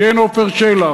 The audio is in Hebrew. כן, עפר שלח,